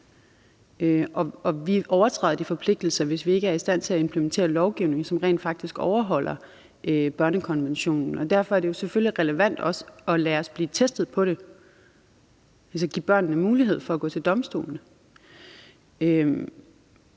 vi overtræder de forpligtelser, hvis vi ikke er i stand til at implementere lovgivning, som rent faktisk overholder børnekonventionen. Derfor er det jo selvfølgelig relevant også at lade os blive testet på det, altså give børnene mulighed for at gå til domstolene.